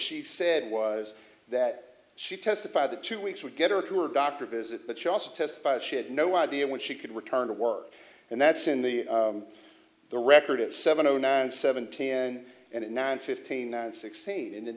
she said was that she testified the two weeks would get her to her doctor visit but she also testified she had no idea when she could return to work and that's in the the record at seven zero nine seven ten and at nine fifteen and sixteen